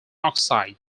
oxide